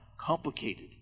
complicated